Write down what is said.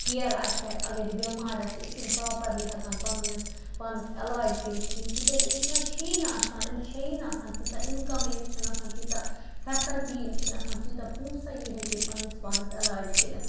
care آسہِ ہا اگر یہِ بٮ۪مار آسہِ یہِ چھُنہٕ پرٛاپَرلی ہٮ۪کان پَنٛنِس پانَس علاج کٔرِتھ کِہیٖنۍ تِکیٛازِ أمِس منٛز چھَیی نہٕ آسان أمِس چھَیی نہٕ آسان تیٖژاہ اِنکَم أمِس چھَنہٕ آسان تیٖژاہ فیسَلٹی أمِس چھِنہٕ آسان تیوٗتاہ پونٛسَے یہِ ہیٚکہِ پنٛںِس پانَس علاج کٔرِتھ